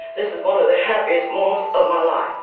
this is one of the happiest moments of my life.